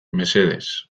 mesedez